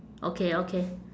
okay okay